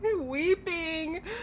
weeping